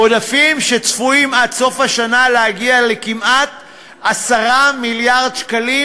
עודפים שצפויים עד סוף השנה להגיע לכמעט 10 מיליארד שקלים,